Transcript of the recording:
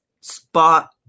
spot